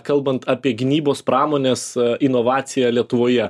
kalbant apie gynybos pramones inovaciją lietuvoje